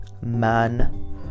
man